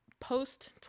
post